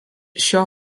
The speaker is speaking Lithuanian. šio